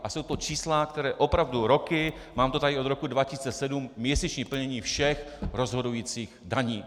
A jsou to čísla, která opravdu roky mám to tady od roku 2007, měsíční plnění všech rozhodujících daní.